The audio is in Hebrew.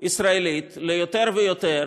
ישראליות ליותר ויותר